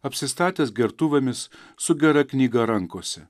apsistatęs gertuvėmis su gera knyga rankose